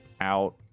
out